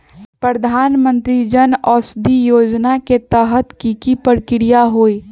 प्रधानमंत्री जन औषधि योजना के तहत की की प्रक्रिया होई?